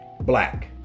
black